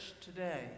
today